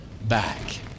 back